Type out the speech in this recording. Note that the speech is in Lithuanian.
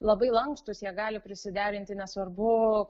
labai lankstūs jie gali prisiderinti nesvarbu